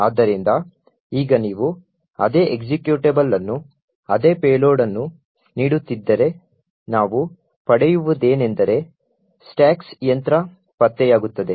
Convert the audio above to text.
ಆದ್ದರಿಂದ ಈಗ ನೀವು ಅದೇ ಎಕ್ಸಿಕ್ಯೂಟಬಲ್ ಅನ್ನು ಅದೇ ಪೇಲೋಡ್ ಅನ್ನು ನೀಡುತ್ತಿದ್ದರೆ ನಾವು ಪಡೆಯುವುದೇನೆಂದರೆ ಸ್ಟಾಕ್ಸ್ ಯಂತ್ರ ಪತ್ತೆಯಾಗುತ್ತದೆ